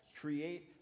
create